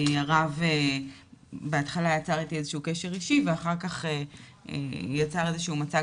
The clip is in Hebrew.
הרב יצר איתי בהתחלה איזה שהוא קשר אישי ואחר כך יצר איזה שהוא מצג